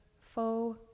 foe